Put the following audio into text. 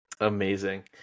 Amazing